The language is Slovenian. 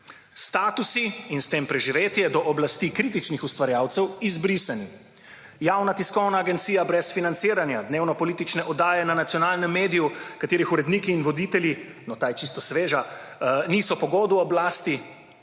Statusi in s tem preživetje do oblasti kritičnih ustvarjalcev izbrisani. Javna tiskovna agencija brez financiranja, dnevnopolitične oddaje na nacionalnem mediju, katerih uredniki in voditelji, no, ta je čisto sveža, niso pogodu oblasti,